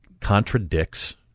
contradicts